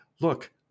look